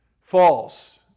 false